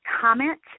comment